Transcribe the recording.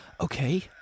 okay